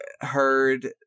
heard